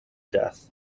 death